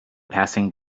passing